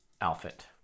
outfit